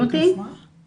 שהנושא